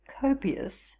copious